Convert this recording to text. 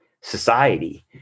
society